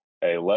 Hey